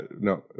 No